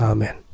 Amen